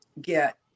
get